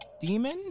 Demon